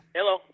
Hello